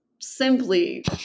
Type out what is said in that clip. simply